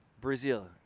brazil